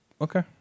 Okay